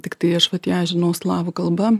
tiktai aš vat ją žinau slavų kalba